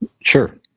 Sure